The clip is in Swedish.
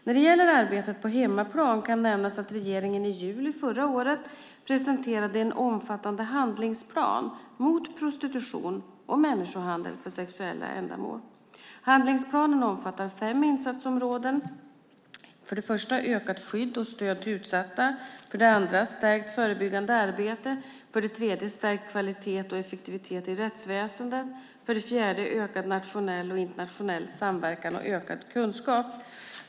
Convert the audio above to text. När det gäller arbetet på hemmaplan kan nämnas att regeringen i juli förra året presenterade en omfattande handlingsplan mot prostitution och människohandel för sexuella ändamål. Handlingsplanen omfattar fem insatsområden: för det första ökat skydd och stöd till utsatta, för det andra stärkt förebyggande arbete, för det tredje stärkt kvalitet och effektivitet i rättsväsendet och för det fjärde ökad nationell och internationell samverkan och ökad kunskap.